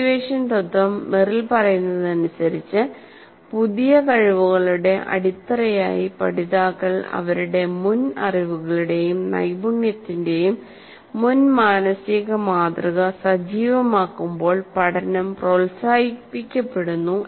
activation തത്വം Merrill പറയുന്നതനുസരിച്ച് പുതിയ കഴിവുകളുടെ അടിത്തറയായി പഠിതാക്കൾ അവരുടെ മുൻ അറിവുകളുടെയും നൈപുണ്യത്തിന്റെയും മുൻ മാനസിക മാതൃക സജീവമാക്കുമ്പോൾ പഠനം പ്രോത്സാഹിപ്പിക്കപ്പെടുന്നു